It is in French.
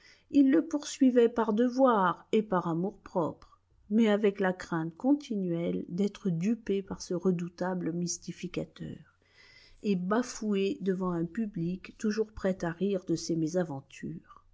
il le poursuivait par devoir et par amour-propre mais avec la crainte continuelle d'être dupé par ce redoutable mystificateur et bafoué devant un public toujours prêt à rire de ses mésaventures